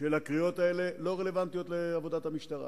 של הקריאות האלה לא רלוונטי לעבודת המשטרה,